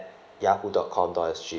yahoo dot com dot S G